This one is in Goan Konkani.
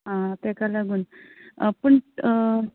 आं तेका लागून पूण